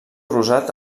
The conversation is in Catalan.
rosat